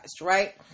right